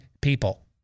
people